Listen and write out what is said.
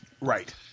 Right